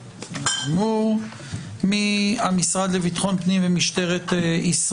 בקשות להבהרת עמדת משרד המשפטים ומשרדי הממשלה